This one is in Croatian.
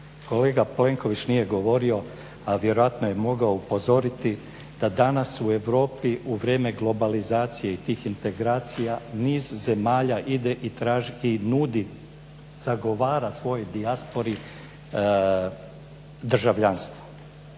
Kolega Plenković nije govorio, a vjerojatno je mogao upozoriti da danas u Europi u vrijeme globalizacije i tih integracija niz zemalja ide i nudi, zagovara svojoj dijaspori državljanstvo.